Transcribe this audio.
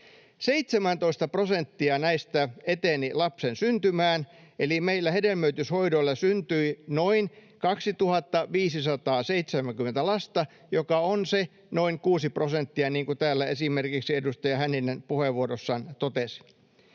17 prosenttia näistä eteni lapsen syntymään, eli meillä hedelmöityshoidoilla syntyi noin 2 570 lasta, mikä on se noin kuusi prosenttia, niin kuin täällä esimerkiksi edustaja Hänninen puheenvuorossaan totesi.